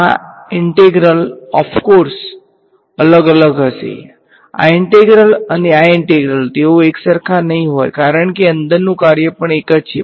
આ integral of course અલગ અલગ હશે આ ઈંટેગ્રલ અને આ ઈંટેગ્રલ તેઓ એકસરખા નહીં હોય કારણ કે અંદરનુ કાર્ય પણ એક જ છે